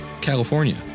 California